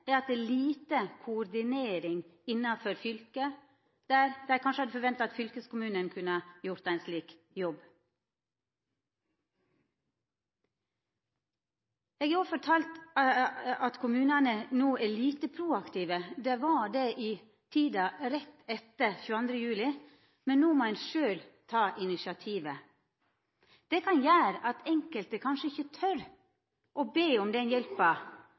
er at det er lite koordinering innanfor fylket – der ein kanskje hadde forventa at fylkeskommunen kunne gjort ein slik jobb. Eg har òg vorte fortalt at kommunane no er lite proaktive – dei var det i tida rett etter 22. juli, men no må ein sjølv ta initiativet. Det kan gjera at enkelte kanskje ikkje tør å be om den hjelpa